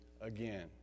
again